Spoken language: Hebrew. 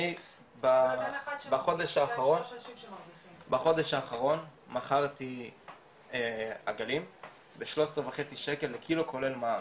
אני בחודש האחרון מכרתי עגלים בשלוש עשרה וחצי ₪ לקילו כולל מע"מ.